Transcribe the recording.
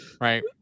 Right